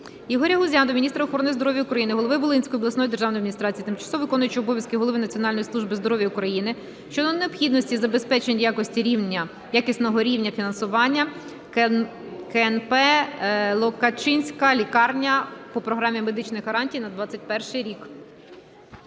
Ігоря Гузя до міністра охорони здоров'я України, голови Волинської обласної державної адміністрації, тимчасово виконуючого обов'язки голови Національної служби здоров'я України щодо необхідності забезпечення якісного рівня фінансування КНП "Локачинська лікарня" по Програмі медичних гарантій на 21-й рік.